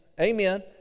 Amen